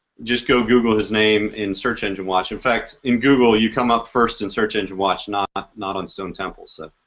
just go google his name in search engine watch, in fact in google you come up first in search engine watch, not not on stone temple, so.